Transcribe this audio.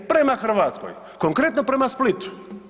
Prema Hrvatskoj, konkretno prema Splitu.